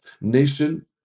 nation